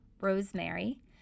rosemary